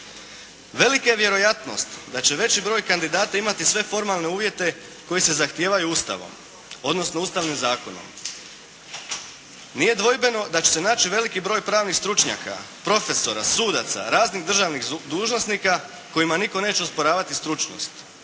Velika je vjerojatnost da će veći broj kandidata imati sve formalne uvjete koji se zahtijevaju Ustavom, odnosno Ustavnim zakonom. Nije dvojbeno da će se naći veliki broj pravnih stručnjaka, profesora, sudaca, raznih državnih dužnosnika kojima nitko neće osporavati stručnost.